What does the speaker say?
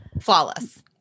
Flawless